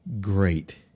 great